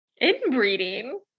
Inbreeding